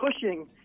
pushing